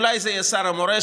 אולי זה יהיה שר המורשת,